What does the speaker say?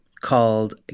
called